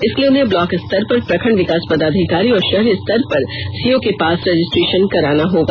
इसके लिए उन्हें ब्लॉक स्तर पर प्रखंड विकास पदाधिकारी और शहरी स्तर पर सीओ के पास रजिस्ट्रेषन कराना होगा